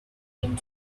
came